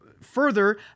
Further